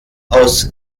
aus